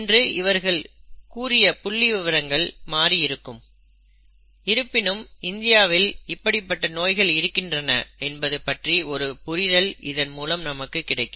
இன்று இவர்கள் கூடிய புள்ளிவிவரங்கள் மாறி இருக்கும் இருப்பினும் இந்தியாவில் இப்படிப்பட்ட நோய்கள் இருக்கின்றன என்பது பற்றிய ஒரு புரிதல் இதன் மூலம் நமக்கு கிடைக்கும்